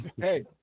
Hey